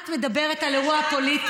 את מדברת על אירוע פוליטי.